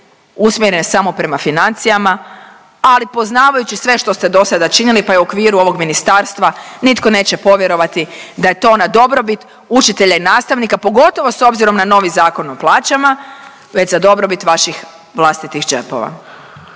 usmjeren samo prema financijama, ali poznavajući sve što ste do sada činili pa i u okviru ovog ministarstva nitko neće povjerovati da je to na dobrobit učitelja i nastavnika pogotovo s obzirom na novi Zakon o plaćama već za dobrobit vaših vlastitih džepova.